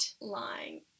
lying